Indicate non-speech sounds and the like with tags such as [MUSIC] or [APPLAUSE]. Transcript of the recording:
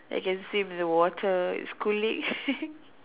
that can swim the water it's cooling [LAUGHS]